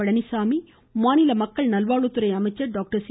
பழனிச்சாமி மக்கள் நல்வாழ்வுத்துறை அமைச்சர் டாக்டர் சி